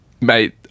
Mate